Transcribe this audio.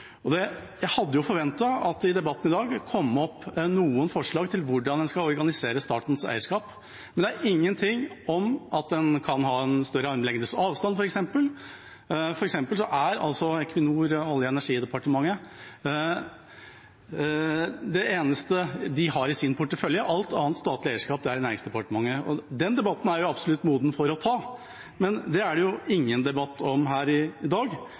Jeg hadde forventet at det i debatten i dag kom opp noen forslag til hvordan en skal organisere statens eierskap. Men det er ingenting om at en f.eks. kan ha en større armlengdes avstand. For eksempel er Equinor det eneste Olje- og energidepartementet har i sin portefølje. Alt annet statlig eierskap er i Næringsdepartementet. Den debatten er jo absolutt moden for å tas. Men det er det ingen debatt om her i dag.